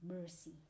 mercy